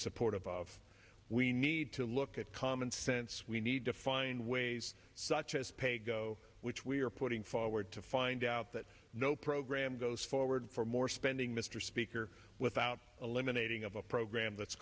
supportive of we need to look at common sense we need to find ways such as pay go which we are putting forward to find out that no program goes forward for more spending mr speaker without eliminating of a program that's